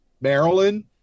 Maryland